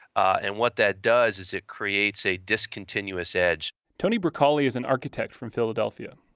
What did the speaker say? and what that does is it creates a discontinuous edge tony bracali is an architect from philadelphia.